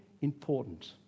important